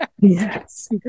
Yes